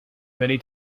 many